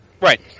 Right